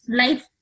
life